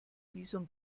visum